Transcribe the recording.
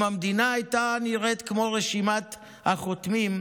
אם המדינה הייתה נראית כמו רשימת החותמים,